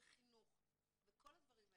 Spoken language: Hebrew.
וחינוך וכל הדברים האלה.